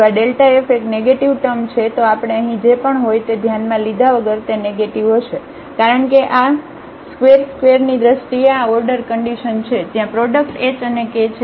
જો આ f એક નેગેટીવ ટર્મ છે તો આપણે અહીં જે પણ હોય તે ધ્યાનમાં લીધા વગર તે નેગેટીવ હશે કારણ કે આ ² ²ની દ્રષ્ટિએ આ ઓર્ડર કન્ડિશન છે ત્યાં પ્રોડક્ટ h અને k છે